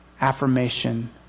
Affirmation